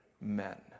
men